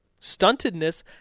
stuntedness